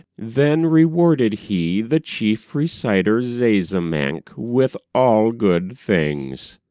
then rewarded he the chief reciter zazamankh with all good things.